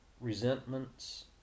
resentments